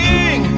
King